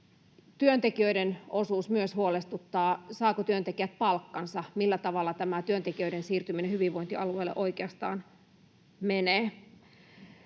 Työntekijöiden osuus huolestuttaa myös: Saavatko työntekijät palkkansa? Millä tavalla työntekijöiden siirtyminen hyvinvointialueille oikeastaan menee?